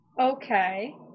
Okay